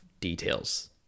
details